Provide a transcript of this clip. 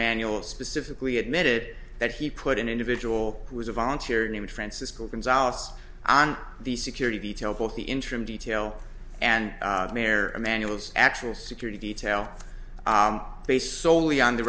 manual specifically admitted that he put an individual who was a volunteer named francisco gonzales on the security detail both the interim detail and mayor emanuel's actual security detail based solely on the